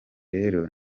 rero